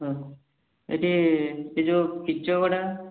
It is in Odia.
ହଉ ଏଇଠି ସେଇ ଯେଉଁ କିଚଗଡା